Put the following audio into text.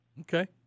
Okay